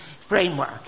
framework